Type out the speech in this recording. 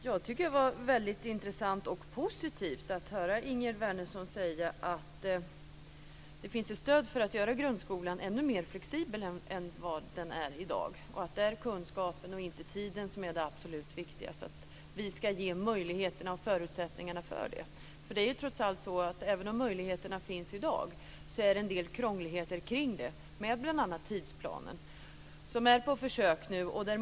Herr talman! Jag tycker att det var intressant och positivt att höra Ingegerd Wärnersson säga att det finns ett stöd för att göra grundskolan ännu mer flexibel än vad den är i dag. Det är kunskapen och inte tiden som är det absolut viktigaste, och vi ska ge möjligheterna och förutsättningarna för detta. Även om möjligheterna finns i dag så finns det trots allt en del krångligheter kring detta med bl.a. tidsplanen, som nu är på försök.